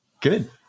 good